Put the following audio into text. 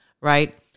right